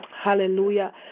Hallelujah